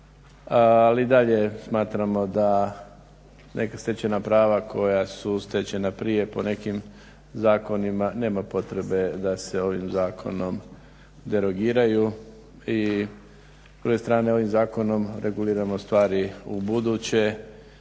i dalje smatramo da neka stečena prava koja su stečena prije po nekim zakonima nema potrebe da se ovim zakonom derogiraju. I s druge strane ovim zakonom reguliramo stvari ubuduće